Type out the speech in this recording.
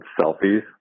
selfies